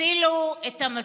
הצילו את המציל.